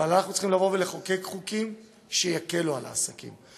אבל אנחנו צריכים לחוקק חוקים שיקלו על העסקים,